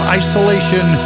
isolation